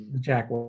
jack